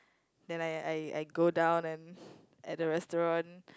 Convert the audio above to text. then I I I go down and at the restaurant